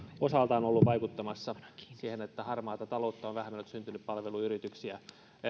osaltaan ollut vaikuttamassa siihen että harmaata taloutta on vähemmän ja on syntynyt palveluyrityksiä